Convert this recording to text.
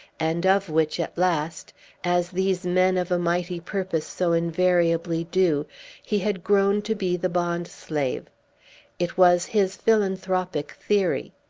and of which, at last as these men of a mighty purpose so invariably do he had grown to be the bond-slave it was his philanthropic theory.